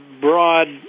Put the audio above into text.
broad